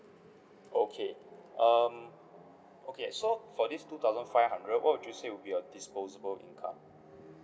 okay um okay so for this two thousand five hundred what would you say would be your disposable income